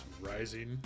Rising